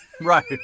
Right